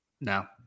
No